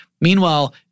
Meanwhile